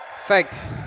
Thanks